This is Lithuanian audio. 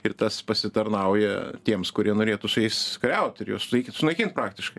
ir tas pasitarnauja tiems kurie norėtų su jais kariaut ir juos reikia sunaikint praktiškai